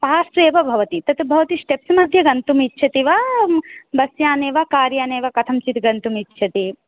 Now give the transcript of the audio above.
पार्श्वे एव भवति तत् भवती स्टेप्स्मध्ये गन्तुम् इच्छति वा बस्याने वा कार्याने वा कथंचिद् गन्तुम् इच्छति